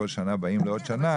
שכל שנה באים לעוד שנה,